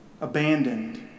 abandoned